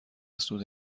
سود